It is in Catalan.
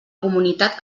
comunitat